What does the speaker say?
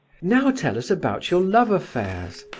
now tell us about your love affairs,